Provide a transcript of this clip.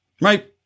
right